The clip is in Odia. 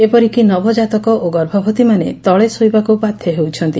ଏପରିକି ନବଜାତକ ଓ ଗଭବତୀମାନେ ତଳେ ଶୋଇବାକୁ ବାଧ ହେଉଛନ୍ତି